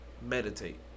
meditate